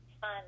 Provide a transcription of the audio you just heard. fun